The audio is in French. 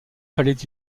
fallait